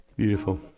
Beautiful